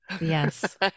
Yes